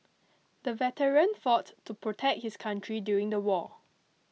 the veteran fought to protect his country during the war